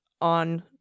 on